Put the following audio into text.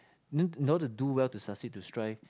in order in order to do well to succeed to strive